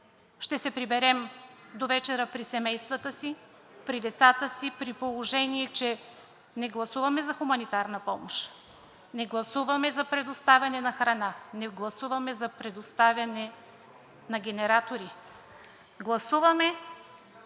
ще се приберем довечера при семействата си, при децата си, при положение че не гласуваме за хуманитарна помощ, не гласуваме за предоставяне на храна, не гласуваме за предоставяне на генератори? Гласуваме